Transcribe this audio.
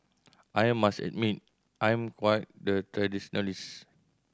I must admit I'm quite the traditionalist